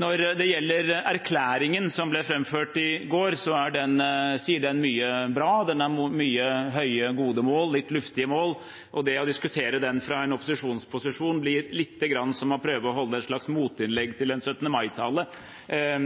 Når det gjelder erklæringen som ble framført i går, sier den mye bra. Den har mange høye, gode – litt luftige – mål, og det å diskutere den fra en opposisjonsposisjon blir litt som å prøve å holde et slags motinnlegg til en 17. mai-tale,